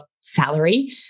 salary